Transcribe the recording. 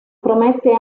promette